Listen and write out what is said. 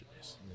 yes